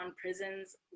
prisons